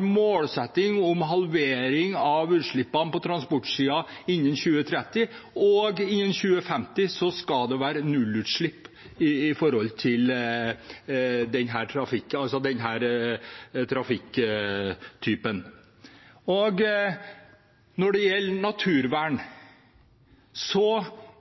målsetting om halvering av utslippene på transportsiden innen 2030, og innen 2050 skal det være nullutslipp på denne trafikktypen. Når det gjelder naturvern,